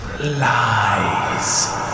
Lies